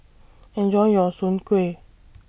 Enjoy your Soon Kway